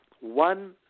one